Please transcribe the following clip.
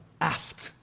Ask